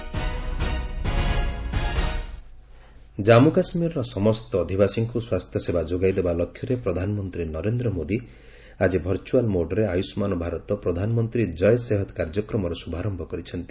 PM Jay Sehat Jammu କାଶ୍ମୀର୍ର ସମସ୍ତ ଅଧିବାସୀଙ୍କୁ ସ୍ୱାସ୍ଥ୍ୟସେବା ଯୋଗାଇଦେବା ଲକ୍ଷ୍ୟରେ ପ୍ରଧାନମନ୍ତ୍ରୀ ନରେନ୍ଦ୍ର ମୋଦି ଆକି ଭର୍ଚ୍ୟୁଆଲ୍ ମୋଡ୍ରେ ଆୟୁଷ୍ମାନ୍ ଭାରତ ପ୍ରଧାନମନ୍ତ୍ରୀ ଜୟ ସେହତ୍ କାର୍ଯ୍ୟକ୍ରମର ଶୁଭାରମ୍ଭ କରିଛନ୍ତି